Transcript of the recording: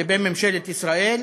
לבין ממשלת ישראל,